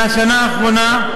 מהשנה האחרונה,